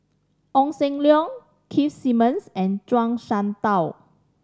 Ong Sam Leong Keith Simmons and Zhuang Shengtao